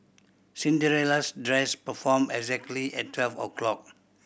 Cinderella's dress transformed exactly at twelve o'clock